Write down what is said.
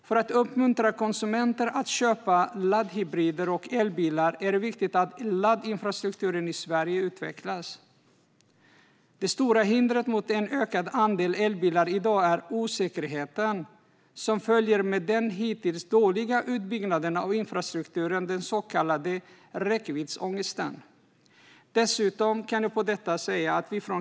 För att uppmuntra konsumenter att köpa laddhybrider och elbilar är det viktigt att laddinfrastrukturen i Sverige utvecklas. Det stora hindret i dag mot en ökad andel elbilar är osäkerheten som följer med den hittills dåligt utbyggda infrastrukturen, den så kallade räckviddsångesten.